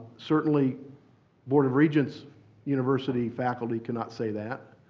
certainly board of regents university faculty cannot say that.